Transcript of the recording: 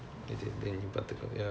mm mm